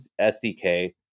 SDK